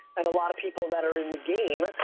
and a lot of people that are in the game,